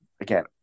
again